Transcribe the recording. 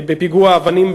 בפיגוע האבנים,